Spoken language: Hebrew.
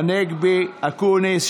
צחי הנגבי,